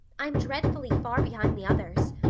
i'm dreadfully far behind the others.